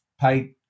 pay